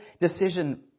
decision